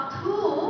two